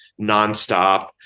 nonstop